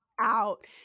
out